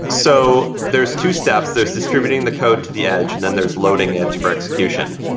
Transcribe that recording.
so there's two steps. there's distributing the code the edge, and then there's loading it for execution.